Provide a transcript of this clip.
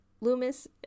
Loomis